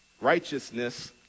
righteousness